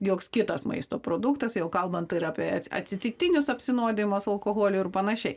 joks kitas maisto produktas jau kalbant apie atsitiktinius apsinuodijimus alkoholiu ir panašiai